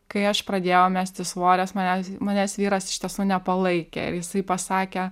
kai aš pradėjau mesti svorį jis manęs manęs vyras iš tiesų nepalaikė ir jisai pasakė